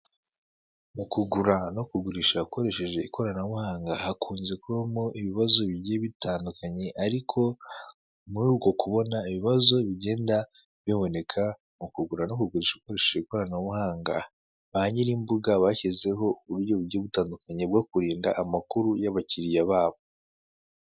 Mu kugura no kugurisha hakoresheje ikoranabuhanga, hakunze kubamo ibibazo bigiye bitandukanye ariko, muri uko kubona ibibazo bigenda biboneka, mu kugura no kugurisha ukorsheje ikoranabuhanga, ba nyir'imbuga bashyizeho uburyo bugiye butandukanye bwo kurinda amakuru y'abakiriya babo.